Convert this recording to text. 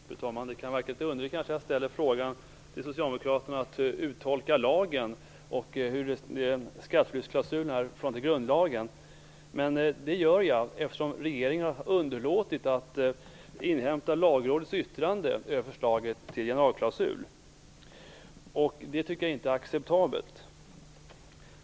Fru talman! Det kan verka litet underligt att jag ställer frågan till socialdemokraterna om att uttolka lagen och skatteflyktsklausulens förhållande till grundlagen. Jag gör det eftersom regeringen har underlåtit att inhämta Lagrådets yttrande över förslaget till generalklausul. Det tycker jag inte är acceptabelt.